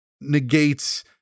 negates